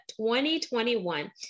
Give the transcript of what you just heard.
2021